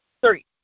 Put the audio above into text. Three